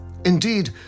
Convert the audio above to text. Indeed